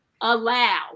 allow